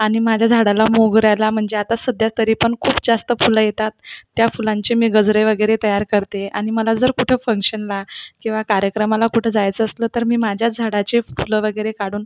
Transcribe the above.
आणि माझ्या झाडाला मोगऱ्याला म्हणजे आता सध्या तरीपण खूप जास्त फुलं येतात त्या फुलांचे मी गजरे वगैरे तयार करते आणि मला जर कुठं फंगशनला किंवा कार्यक्रमाला कुठं जायचं असलं तर मी माझ्या झाडाची फुलं वगैरे काढून